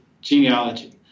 genealogy